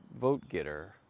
vote-getter